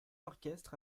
orchestre